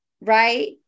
right